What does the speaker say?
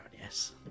yes